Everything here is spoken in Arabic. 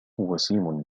وسيم